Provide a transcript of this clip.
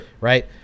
right